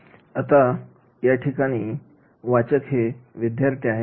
आता या ठिकाणी वाचक हे विद्यार्थी आहेत